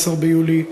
14 ביולי,